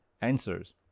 answers